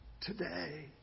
today